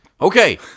Okay